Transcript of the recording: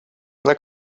dla